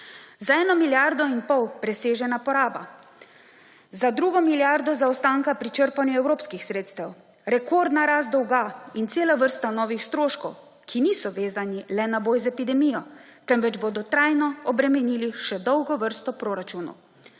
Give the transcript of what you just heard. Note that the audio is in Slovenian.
Za 1 milijardo in pol presežena poraba, za drugo milijardo zaostanka pri črpanju evropskih sredstev, rekordna rast dolga in cela vrsta novih stroškov, ki niso vezani le na boj z epidemijo, temveč bodo trajno obremenili še dolgo vrsto proračunov.